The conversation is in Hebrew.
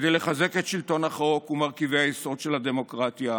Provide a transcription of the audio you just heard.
כדי לחזק את שלטון החוק ומרכיבי היסוד של הדמוקרטיה,